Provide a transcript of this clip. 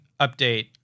update